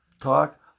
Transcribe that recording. talk